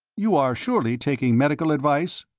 you are surely taking medical advice?